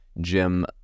Jim